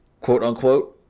quote-unquote